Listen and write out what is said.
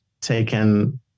taken